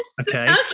Okay